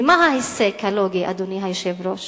ומה ההיסק הלוגי, אדוני היושב-ראש?